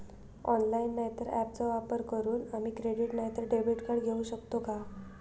Online नाय तर ऍपचो वापर करून आम्ही क्रेडिट नाय तर डेबिट कार्ड घेऊ शकतो का?